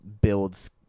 builds